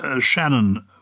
Shannon